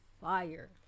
fire